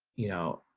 you know,